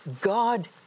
God